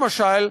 למשל,